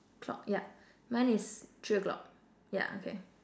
clock yup mine is three o-clock yeah okay